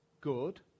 good